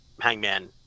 hangman